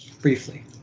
Briefly